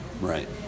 right